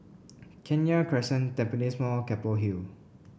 Kenya Crescent Tampines Mall Keppel Hill